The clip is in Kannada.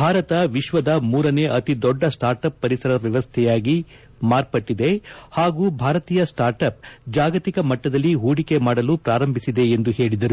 ಭಾರತ ವಿಶ್ವದ ಮೂರನೇ ಅತಿದೊಡ್ಡ ಸ್ಪಾರ್ಟ್ ಅಪ್ ಪರಿಸರ ವ್ಯವಸ್ಥೆಯಾಗಿ ಮಾರ್ಪಟ್ಟಿದೆ ಹಾಗೂ ಭಾರತೀಯ ಸ್ವಾರ್ಟ್ ಅಪ್ ಜಾಗತಿಕ ಮಟ್ಟದಲ್ಲಿ ಹೂಡಿಕೆ ಮಾಡಲು ಪ್ರಾರಂಭಿಸಿದೆ ಎಂದು ಹೇಳಿದರು